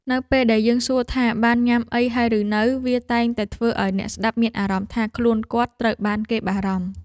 នៅពេលដែលយើងសួរថាបានញ៉ាំអីហើយឬនៅ វាតែងតែធ្វើឱ្យអ្នកស្ដាប់មានអារម្មណ៍ថាខ្លួនគាត់ត្រូវបានគេបារម្ភ។